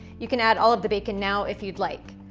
you can add all of the bacon now if you'd like.